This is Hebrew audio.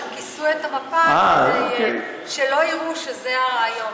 הם כיסו את המפה כדי שלא יראו שזה הרעיון.